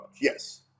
yes